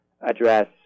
address